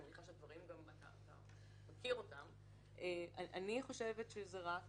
אני חושבת שזה רק